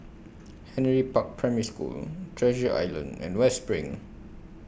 Henry Park Primary School Treasure Island and West SPRING